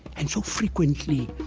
and so frequently